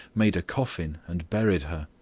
made a coffin, and buried her.